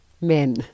men